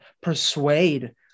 Persuade